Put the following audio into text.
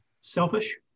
Selfish